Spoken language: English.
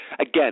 Again